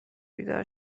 بیدار